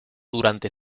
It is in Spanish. durante